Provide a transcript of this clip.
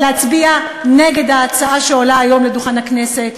להצביע נגד ההצעה שעולה היום לדוכן הכנסת.